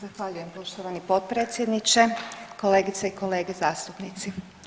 Zahvaljujem poštovani potpredsjedniče, kolegice i kolege zastupnici.